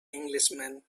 englishman